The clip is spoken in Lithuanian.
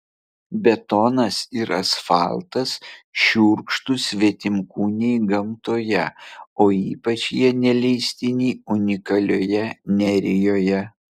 betonas ir asfaltas šiurkštūs svetimkūniai gamtoje o ypač jie neleistini unikalioje nerijoje